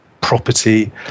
property